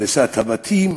בהריסת הבתים,